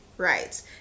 right